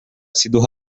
sido